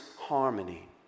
harmony